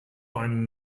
einen